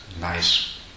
nice